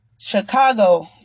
Chicago